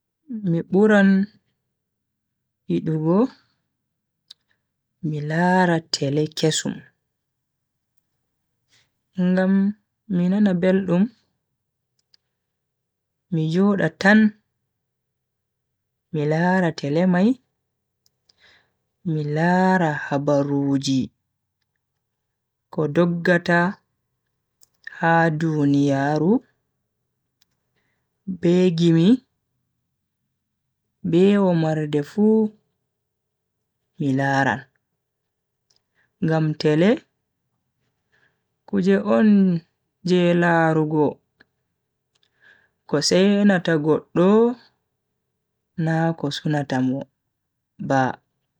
Mi buran yidugo mi lara tele kesum ngam mi nana beldum. mi joda tan mi lara tele mai mi lara habaruuji ko doggata ha duniyaaru be gimi be womarde fu MI laran. ngam tele kuje on je larugo ko seinata goddo na ko sunata mo ba.